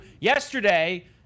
Yesterday